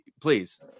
please